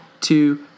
two